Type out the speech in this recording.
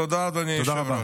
תודה, אדוני היושב-ראש.